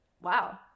wow